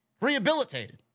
rehabilitated